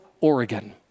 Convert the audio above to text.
Oregon